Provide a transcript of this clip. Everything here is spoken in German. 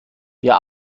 wir